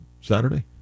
Saturday